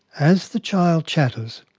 as the child chatters,